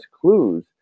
clues